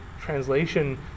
translation